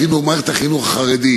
שהם לא טובים במערכת החינוך החרדית,